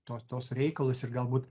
to tos reikalus ir galbūt